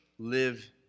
live